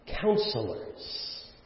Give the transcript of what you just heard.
counselors